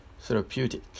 therapeutic